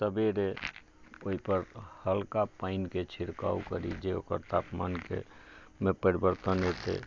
सबेरे ओहिपर हल्का पानिके छिड़काव करी जे ओकर तापमानके मे परिवर्तन हेतै